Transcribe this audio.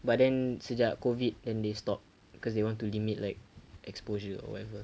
but then sejak COVID then they stopped because they want to limit like exposure or whatever